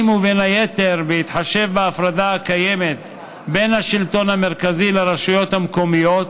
ובין היתר בהתחשב בהפרדה הקיימת בין השלטון המרכזי לרשויות המקומיות